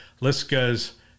LISCA's